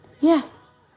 Yes